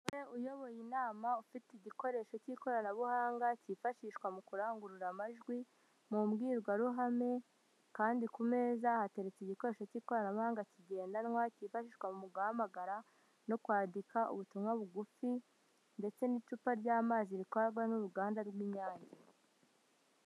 Umugore uyoboye inama ufite igikoresho cy'ikoranabuhanga cyifashishwa mu kurangurura amajwi mu mbwirwaruhame kandi ku meza hateretse igikoresho cy'ikoranabuhanga kigendanwa cyifashishwa mu guhamagara no kwandika ubutumwa bugufi ndetse n'icupa ry'amazi rikorwa n'uruganda rw'Inyange.